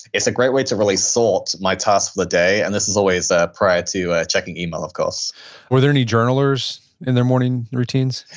it's a great way to really sort my tasks the day and this is always ah prior to checking email of course were there any journalers in their morning routines?